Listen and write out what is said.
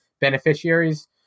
beneficiaries